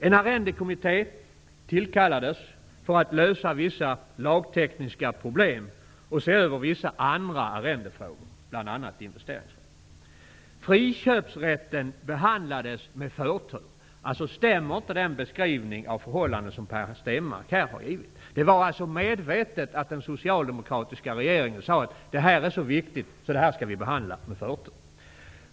En arrendekommitté tillsattes för att lösa vissa lagtekniska probelm och se över vissa andra arrendefrågor, bl.a. investeringsfrågor. Friköpsrätten behandlades med förtur. Således stämmer inte den beskrivning av förhållandena som Per Stenmarck har givit. Det var medvetet att den socialdemokratiska regeringen sade att den här frågan var så viktig att den skulle behandlas med förtur.